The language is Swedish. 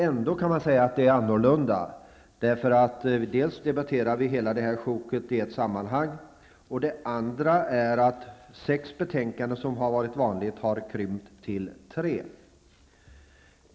Ändå kan man säga att det är annorlunda. Vi debatterar hela det här sjoket i ett sammanhang, och medan det varit vanligt med sex betänkanden har vi nu krympt antalet till tre.